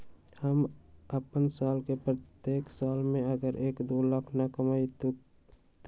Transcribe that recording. हम अपन साल के प्रत्येक साल मे अगर एक, दो लाख न कमाये तवु देम?